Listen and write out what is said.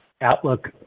outlook